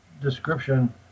description